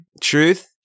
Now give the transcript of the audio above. Truth